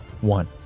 one